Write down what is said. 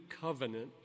covenant